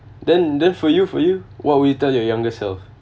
then then for you for you what will you tell your younger self